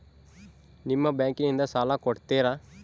ನಿಮ್ಮ ಬ್ಯಾಂಕಿನಿಂದ ಸಾಲ ಕೊಡ್ತೇರಾ?